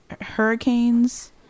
hurricanes